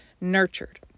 nurtured